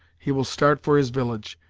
he will start for his village,